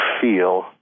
feel